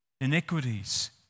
Iniquities